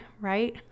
right